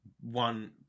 One